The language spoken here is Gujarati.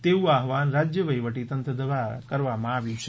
તેવું આહવાન રાજ્ય વહીવટી તંત્ર દ્વારા કરવામાં આવ્યું છે